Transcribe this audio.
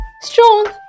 strong